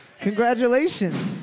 Congratulations